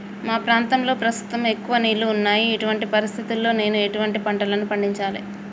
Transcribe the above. మా ప్రాంతంలో ప్రస్తుతం ఎక్కువ నీళ్లు ఉన్నాయి, ఇటువంటి పరిస్థితిలో నేను ఎటువంటి పంటలను పండించాలే?